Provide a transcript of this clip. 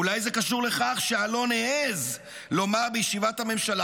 אולי זה קשור לכך שאלון העז לומר בישיבת הממשלה